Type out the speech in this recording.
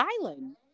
Island